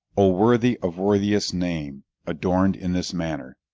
o worthy of worthiest name, adorn'd in this manner,